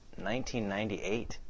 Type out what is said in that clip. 1998